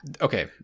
okay